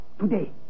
today